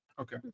Okay